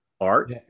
Art